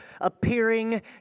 appearing